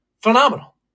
phenomenal